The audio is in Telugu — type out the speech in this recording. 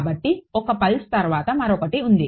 కాబట్టి ఒక పల్స్ తరువాత మరొకటి ఉంది